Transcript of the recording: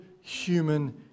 human